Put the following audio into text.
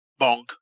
Bonk